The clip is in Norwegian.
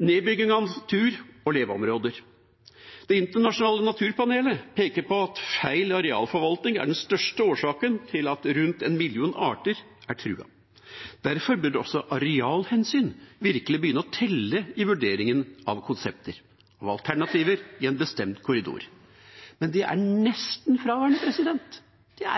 nedbygging av natur og leveområder. Det internasjonale naturpanelet peker på at feil arealforvaltning er den største årsaken til at rundt en million arter er truet. Derfor burde også arealhensyn virkelig begynne å telle i vurderingen av konsepter og alternativer i en bestemt korridor, men det er